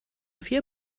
vier